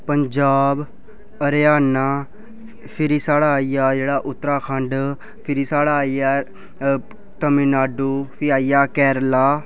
पंजाब हरियाणा फिरी साढ़ा आई गेआ जेह्ड़ा उत्तराखंड फिरी साढ़ा आई गेआ तमिलनाडू फ्ही आई गेआ केरला